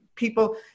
people